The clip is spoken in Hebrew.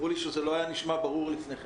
אמרו לי שזה לא היה נשמע ברור לפני כן.